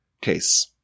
case